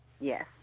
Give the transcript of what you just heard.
Yes